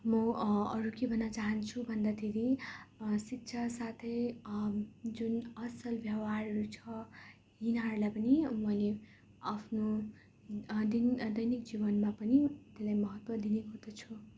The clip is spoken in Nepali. म अरू के भन्न चाहन्छु भन्दाखेरि शिक्षा साथै जुन असल व्यवहारहरू छ तिनीहरूलाई पनि मैले आफ्नो दिन दैनिक जीवनमा पनि धेरै महत्त्व दिने गर्दछु